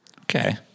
Okay